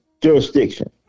jurisdiction